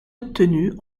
obtenue